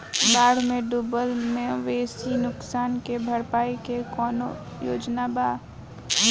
बाढ़ में डुबल मवेशी नुकसान के भरपाई के कौनो योजना वा?